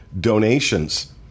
donations